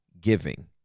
giving